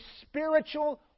spiritual